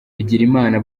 bigirimana